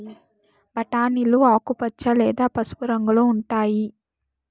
బఠానీలు ఆకుపచ్చ లేదా పసుపు రంగులో ఉంటాయి